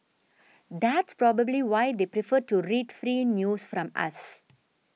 that's probably why they prefer to read free news from us